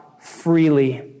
freely